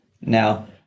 Now